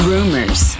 Rumors